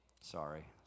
Sorry